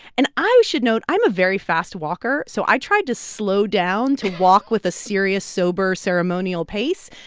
and i should note i'm a very fast walker. so i tried to slow down to walk with a serious, sober, ceremonial pace.